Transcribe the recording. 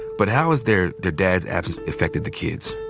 but how has their dad's absence affected the kids?